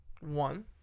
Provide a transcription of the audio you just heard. One